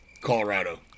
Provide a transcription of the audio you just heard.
Colorado